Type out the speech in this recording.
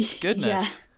Goodness